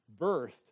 birthed